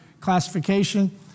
classification